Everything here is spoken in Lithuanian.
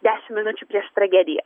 dešim minučių prieš tragediją